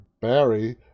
Barry